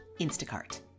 Instacart